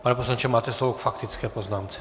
Pane poslanče, máte slovo k faktické poznámce.